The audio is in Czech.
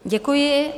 Děkuji.